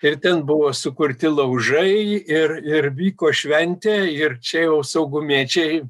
ir ten buvo sukurti laužai ir ir vyko šventė ir čia jau saugumiečiai